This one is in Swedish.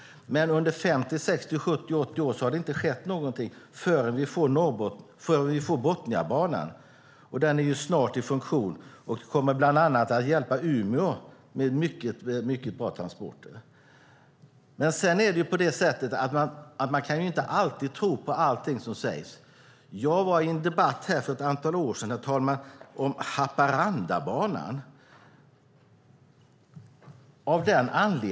Men under de senaste 50-80 åren har det inte skett någonting förrän vi får Botniabanan. Den är snart i funktion. Den kommer bland annat att hjälpa Umeå med mycket bra transporter. Man kan inte alltid tro på allt som sägs. Jag deltog i en debatt för ett antal år sedan, herr talman, om Haparandabanan.